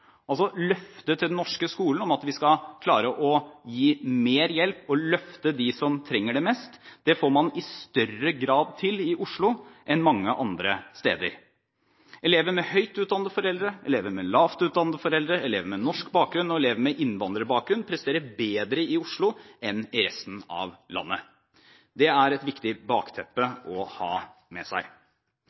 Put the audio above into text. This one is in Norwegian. Løftet til den norske skolen om at vi skal klare å gi mer hjelp til og løfte dem som trenger det mest, får man i større grad til i Oslo enn mange andre steder. Elever med høyt utdannede foreldre, elever med lavt utdannede foreldre, elever med norsk bakgrunn og elever med innvandrerbakgrunn presterer bedre i Oslo enn i resten av landet. Det er et viktig bakteppe å ha med seg.